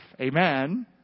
Amen